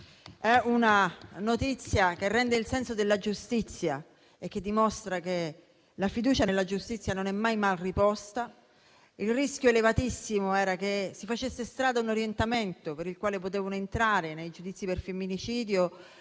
È una notizia che rende il senso della giustizia e dimostra che la fiducia nella giustizia non è mai mal riposta. Il rischio elevatissimo era che si facesse strada un orientamento per il quale potevano entrare nei giudizi per femminicidio